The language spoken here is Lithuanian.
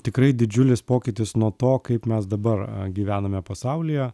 tikrai didžiulis pokytis nuo to kaip mes dabar gyvename pasaulyje